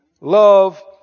Love